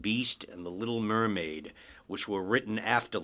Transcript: beast and the little mermaid which were written after